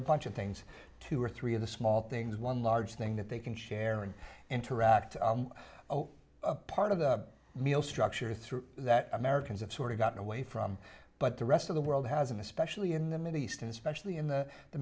a bunch of things two or three of the small things one large thing that they can share and interact part of the meal structure through that americans have sort of gotten away from but the rest of the world has an especially in the mideast especially in the the